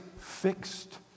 fixed